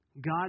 God